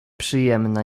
przyjemna